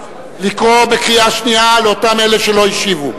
לקרוא בקריאה שנייה לאלה שלא השיבו,